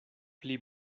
pli